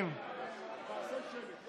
תעשה שמית.